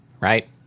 right